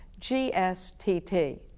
gstt